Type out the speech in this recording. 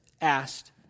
asked